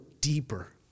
deeper